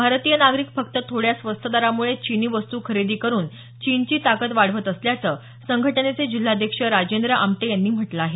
भारतीय नागरिक फक्त थोड्या स्वस्त दरामुळे चीनी वस्तू खरेदी करुन चीनची ताकद वाढवत असल्याचं संघटनेचे जिल्हाध्यक्ष राजेंद्र आमटे यांनी म्हटलं आहे